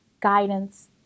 guidance